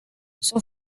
sunt